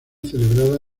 celebrada